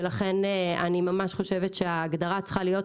ולכן אני ממש חושבת שההגדרה צריכה להיות